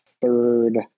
third